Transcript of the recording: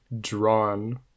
drawn